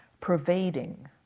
Pervading